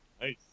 Nice